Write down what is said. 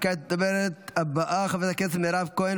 וכעת הדוברת הבאה, חברת הכנסת מירב כהן,